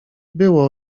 było